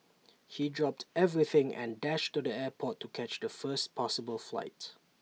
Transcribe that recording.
he dropped everything and dashed to the airport to catch the first possible flight